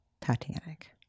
Titanic